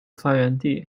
发源地